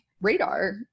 radar